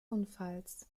unfalls